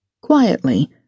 Quietly